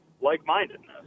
like-mindedness